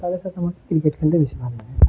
তাদের সাথে আমাকে ক্রিকেট খেলতে বেশি ভালো লাগে